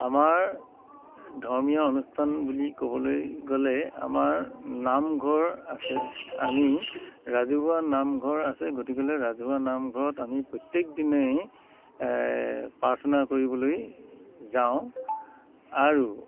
আমাৰ ধৰ্মীয় অনুষ্ঠান বুলি ক'বলৈ গ'লে আমাৰ নামঘৰ আছে আমি ৰাজহুৱা নামঘৰ আছে গতিকেলৈ ৰাজহুৱা নামঘৰত আমি প্ৰত্যেক দিনেই প্ৰাৰ্থনা কৰিবলৈ যাওঁ আৰু